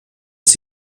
ist